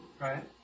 right